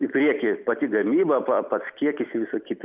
į priekį pati gamyba pa pats kiekis i visa kita